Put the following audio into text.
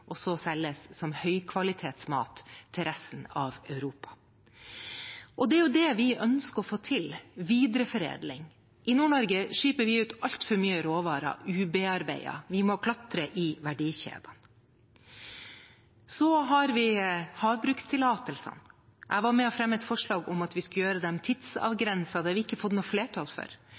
og så selges som høykvalitetsmat til resten av Europa. Og det er jo det vi ønsker å få til: videreforedling. I Nord-Norge skiper vi ut altfor mye råvarer ubearbeidet. Vi må klatre i verdikjeden. Så har vi havbrukstillatelsene. Jeg var med på å fremme et forslag om at vi skulle gjøre dem tidsavgrenset. Det har vi ikke fått flertall for.